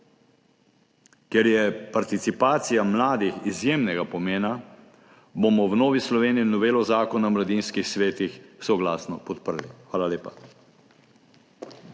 Ker je participacija mladih izjemnega pomena, bomo v Novi Sloveniji novelo Zakona o mladinskih svetih soglasno podprli. Hvala lepa.